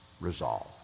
Resolve